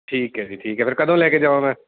ਠੀਕ ਹੈ ਜੀ ਠੀਕ ਹੈ ਫਿਰ ਕਦੋਂ ਲੈ ਕੇ ਜਾਵਾਂ ਮੈਂ